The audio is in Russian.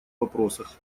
вопросах